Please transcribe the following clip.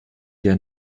der